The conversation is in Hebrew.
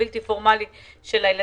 כל מה שקשור לחינוך הבלתי פורמלי של הילדים,